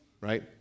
right